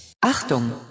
Achtung